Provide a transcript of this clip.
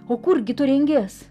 o kur gi tu rengies